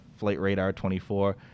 FlightRadar24